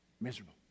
Miserable